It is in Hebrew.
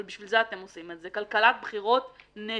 אבל בשביל זה אתם עושים את זה, כלכלת בחירות נטו.